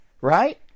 right